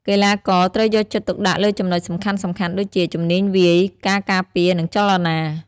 កីឡាករត្រូវយកចិត្តទុកដាក់លើចំណុចសំខាន់ៗដូចជា ជំនាញវាយ ការការពារ និងចលនា។